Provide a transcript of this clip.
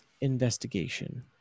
investigation